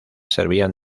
servían